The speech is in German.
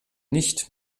nicht